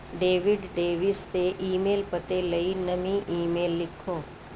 David Davis ਦੇ email ਪਤੇ ਲਈ ਨਵੀਂ ਈਮੇਲ ਲਿਖੋ